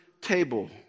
table